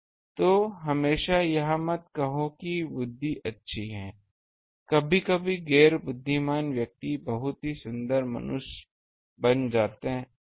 तो हमेशा यह मत कहो कि बुद्धि अच्छी है कभी कभी गैर बुद्धिमान व्यक्ति बहुत सुंदर मनुष्य बन जाते हैं